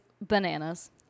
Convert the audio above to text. bananas